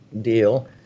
deal